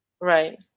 right